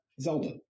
Zelda